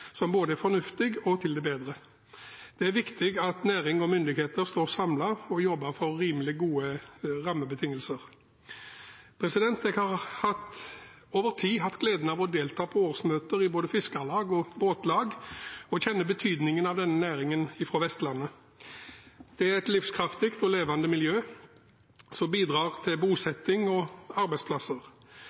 er både fornuftig og til det bedre. Det er viktig at næring og myndigheter står samlet og jobber for rimelig gode rammebetingelser. Jeg har over tid hatt gleden av å delta på årsmøter i både fiskerlag og båtlag og kjenner betydningen av denne næringen fra Vestlandet. Det er et livskraftig og levende miljø, som bidrar til bosetting og arbeidsplasser.